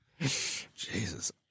Jesus